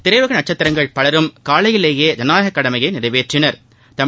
திரையுலக நட்சத்திரங்கள் பலரும் காலையிலேயே ஜனநாயகக் கடமையை நிறைவேற்றினா்